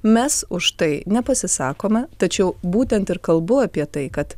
mes už tai nepasisakome tačiau būtent ir kalbu apie tai kad